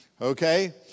Okay